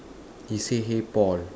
he say hey Paul